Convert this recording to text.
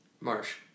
Marsh